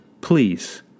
Please